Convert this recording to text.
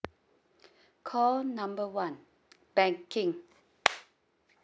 call number one banking